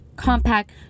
Compact